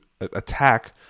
attack